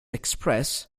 express